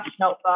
notebook